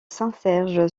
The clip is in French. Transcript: serge